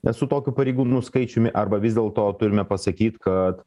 nes su tokiu pareigūnų skaičiumi arba vis dėlto turime pasakyt kad